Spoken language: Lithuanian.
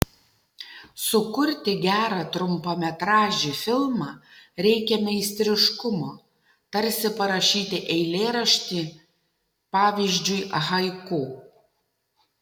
sukurti gerą trumpametražį filmą reikia meistriškumo tarsi parašyti eilėraštį pavyzdžiui haiku